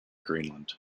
greenland